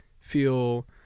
feel